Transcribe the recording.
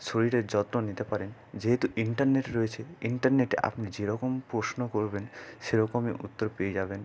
শরীরের যত্ন নিতে পারেন যেহেতু ইন্টারনেট রয়েছে ইন্টারনেটে আপনি যেরকম প্রশ্ন করবেন সেরকমই উত্তর পেয়ে যাবেন